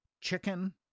chicken